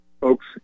folks